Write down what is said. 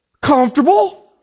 comfortable